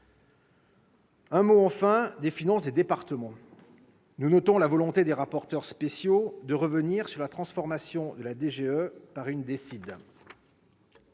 évoquer les finances des départements. Nous notons la volonté des rapporteurs spéciaux de revenir sur la transformation de la DGE en une dotation